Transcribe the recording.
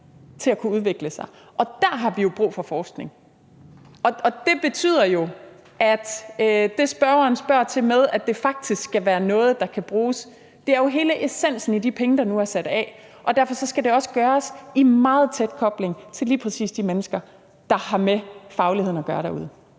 til at kunne udvikle sig. Og der har vi jo brug for forskning. Det betyder jo, at det, spørgeren spørger til, med, at det faktisk skal være noget, der kan bruges, er hele essensen i de penge, der nu er sat af. Og derfor skal det også gøres i meget tæt kobling med lige præcis de mennesker, der har med fagligheden at gøre derude.